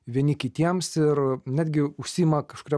vieni kitiems ir netgi užsiima kažkuria